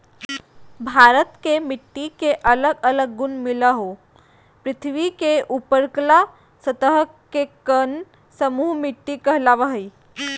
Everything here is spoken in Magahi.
भारत के मिट्टी के अलग अलग गुण मिलअ हई, पृथ्वी के ऊपरलका सतह के कण समूह मिट्टी कहलावअ हई